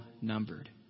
numbered